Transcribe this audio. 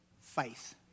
faith